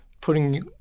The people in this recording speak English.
putting